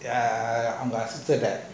அவங்க:avanga assistant eh